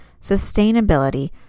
sustainability